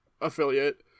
affiliate